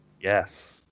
Yes